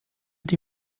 die